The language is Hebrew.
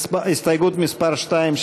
הסתייגות מס' 2,